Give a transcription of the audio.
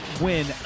win